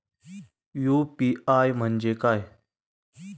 UPI म्हणजे काय?